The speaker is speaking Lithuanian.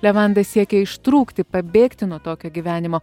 levanda siekia ištrūkti pabėgti nuo tokio gyvenimo